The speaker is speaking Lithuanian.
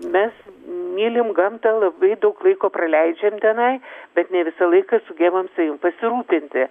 mes mylim gamtą labai daug laiko praleidžiam tenai bet ne visą laiką sugebam savim pasirūpinti